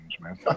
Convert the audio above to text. man